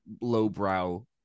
lowbrow